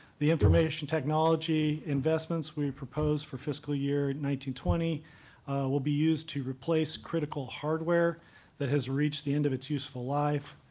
the information technology investments we propose for fiscal year nineteen twenty will be used to replace critical hardware that has reached the end of its useful life,